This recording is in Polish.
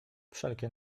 wszelkie